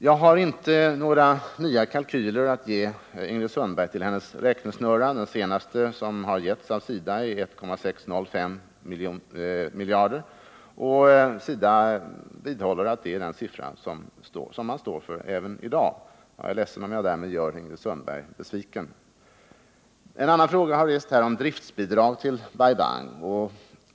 Jag har inte några nya kalkyler att ge Ingrid Sundberg till hennes räknesnurra. Den senaste som gjordes av SIDA slutar på 1 605 miljoner, och SIDA vidhåller att det är en siffra som man står för även i dag. Jag är ledsen om jag därmed gör Ingrid Sundberg besviken. En annan fråga som rests gäller driftbidrag till Bai Bang.